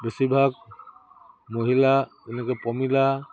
বেছিভাগ মহিলা এনেকৈ পমিলা